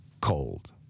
cold